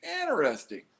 Interesting